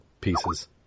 pieces